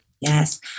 Yes